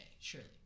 surely